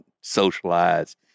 socialize